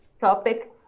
topic